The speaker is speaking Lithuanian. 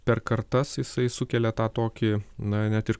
per kartas jisai sukelia tą tokį na net ir